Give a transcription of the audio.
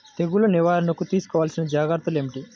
తెగులు నివారణకు తీసుకోవలసిన జాగ్రత్తలు ఏమిటీ?